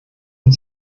und